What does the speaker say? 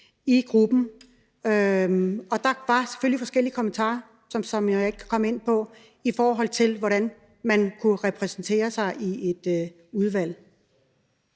i gruppen. Der var selvfølgelig forskellige kommentarer, som jeg ikke kan komme ind på, i forhold til hvordan man kunne repræsentere sig i et udvalg.